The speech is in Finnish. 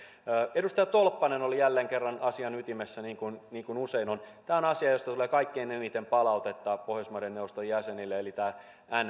edustaja tolppanen oli jälleen kerran asian ytimessä niin kuin niin kuin usein on tämä on asia josta tulee kaikkein eniten palautetta pohjoismaiden neuvoston jäsenille eli tämä